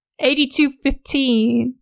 8215